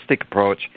approach